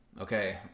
okay